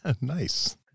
Nice